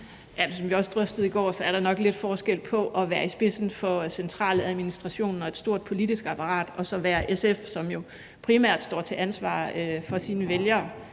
Som vi også drøftede i går, er der nok lidt forskel på at være i spidsen for centraladministrationen og et stort politisk apparat og så være SF, som jo primært står til ansvar for sine vælgere.